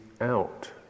out